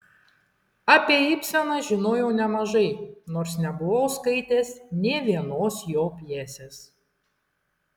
apie ibseną žinojau nemažai nors nebuvau skaitęs nė vienos jo pjesės